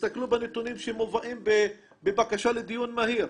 תסתכלו בנתונים שמובאים בבקשה לדיון מהיר.